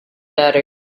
better